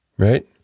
right